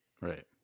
Right